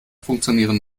funktionieren